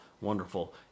wonderful